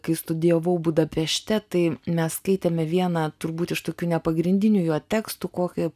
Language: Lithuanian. kai studijavau budapešte tai mes skaitėme vieną turbūt iš tokių nepagrindinių jo tekstų kokį